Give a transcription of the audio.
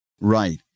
Right